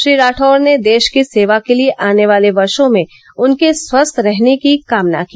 श्री राठौर ने देश की सेवा के लिए आने वाले वर्षों में उनके स्वस्थ रहने की कामना की